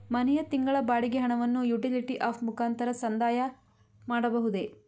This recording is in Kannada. ಮನೆಯ ತಿಂಗಳ ಬಾಡಿಗೆ ಹಣವನ್ನು ಯುಟಿಲಿಟಿ ಆಪ್ ಮುಖಾಂತರ ಸಂದಾಯ ಮಾಡಬಹುದೇ?